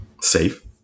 safe